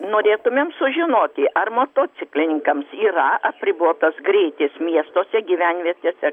norėtumėm sužinoti ar motociklininkams yra apribotas greitis miestuose gyvenvietėse